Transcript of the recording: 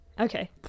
Okay